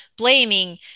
blaming